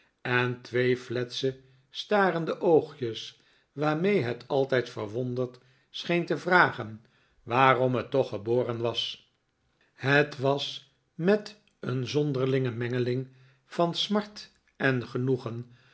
en twee fletse starende oogjes waarmee het altijd verwonderd scheen te vragen waarom het toch geboren was het was met een zonderlinge mengeling van smart en genoegen